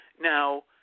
Now